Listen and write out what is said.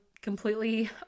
completely